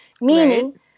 meaning